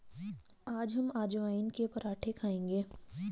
आज हम अजवाइन के पराठे खाएंगे